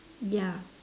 ya